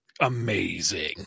amazing